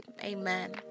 Amen